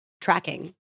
tracking